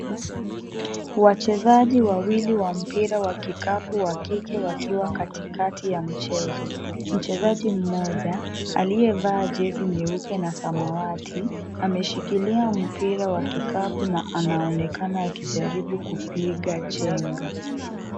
Wachezaji wawili wa mpira wa kikapu wa kike wakiwa katikati ya mchezo ,mchezaji mmoja aliyevaa jezi nyeupe na samawati ameshikilia mpira wa kikapu na anaonekana akijaribu kupiga chenga.